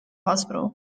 hospital